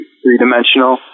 three-dimensional